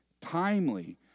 timely